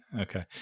Okay